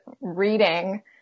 reading